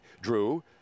Drew